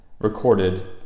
Recorded